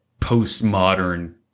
postmodern